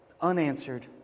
unanswered